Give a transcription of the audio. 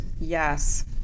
Yes